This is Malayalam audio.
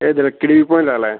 ഏത് ലെക്കിടിപ്പോല്ലാല്ലെ